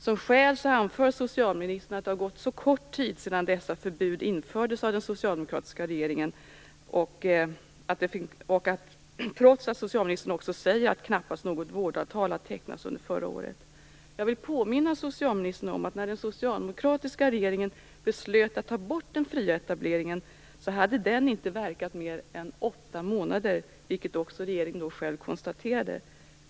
Som skäl anför socialministern att det har gått så kort tid sedan dessa förbud infördes av den socialdemokratiska regeringen - trots att socialministern också säger att knappast något vårdavtal har tecknats under förra året. Jag vill påminna socialministern om att när den socialdemokratiska regeringen beslöt att ta bort den fria etableringen hade den inte verkat mer än åtta månader, vilket regeringen också själv konstaterade.